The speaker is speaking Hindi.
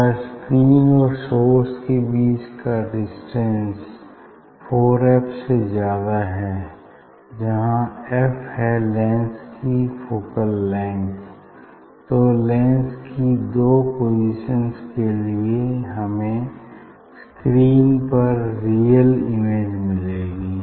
अगर स्क्रीन और सोर्स के बीच डिस्टेंस फॉर एफ से ज्यादा है जहाँ एफ है लेंस की फोकल लेंथ तो लेंस की दो पोसिशन्स के लिए हमें स्क्रीन पर रियल इमेज मिलेगी